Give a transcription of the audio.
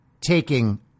taking